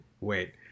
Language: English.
Wait